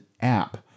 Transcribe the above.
app